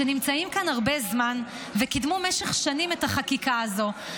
שנמצאים כאן הרבה זמן וקידמו משך שנים את החקיקה הזאת.